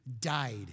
died